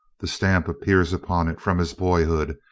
the stamp appears upon it from his boyhood,